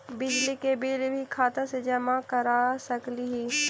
बिजली के बिल भी खाता से जमा कर सकली ही?